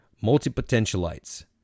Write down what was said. Multi-potentialites